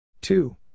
Two